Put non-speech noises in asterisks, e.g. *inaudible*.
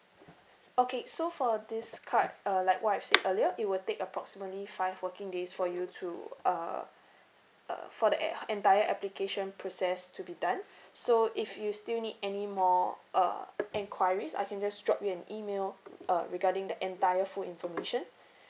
okay so for this card uh like what I've said *noise* earlier it will take approximately five working days for you to uh uh for the E~ entire application process to be done so if you still need any more uh *noise* enquiries I can just drop you an email uh regarding the entire full information *noise*